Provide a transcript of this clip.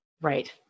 Right